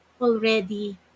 already